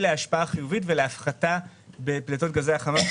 להשפעה חיובית ולהפחתה בפליטת גזי החממה.